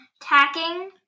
tacking